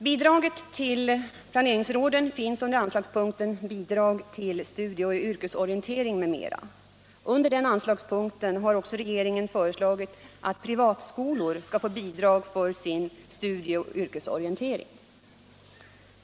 Bidraget till planeringsråden finns under anslagspunkten Bidrag till studieoch yrkesorientering m.m. Under den anslagspunkten har regeringen också föreslagit att privatskolor skall få bidrag för sin studieoch yrkesorientering.